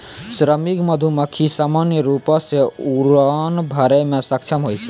श्रमिक मधुमक्खी सामान्य रूपो सें उड़ान भरै म सक्षम होय छै